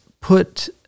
put